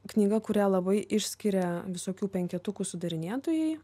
knyga kurią labai išskiria visokių penketukų sudarinėtojai